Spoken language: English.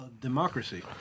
democracy